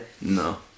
No